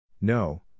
No